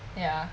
ya